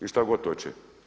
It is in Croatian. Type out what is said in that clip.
I šta god hoće.